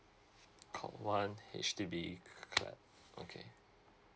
call one H_D_B clap okay